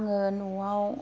आङो न'आव